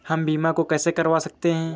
हम बीमा कैसे करवा सकते हैं?